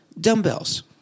Dumbbells